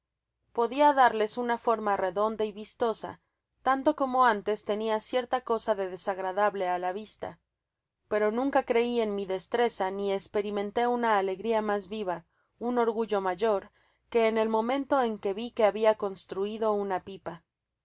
podia darles una forma redonda y vistosa tanto como antes tenia cierta cosa de desagra ja ble á la vista pero nunca crei en mi destreza ni esperimenté una alegria mas viva un orgullo mayor que en el momento en que ti que habia construido una pipa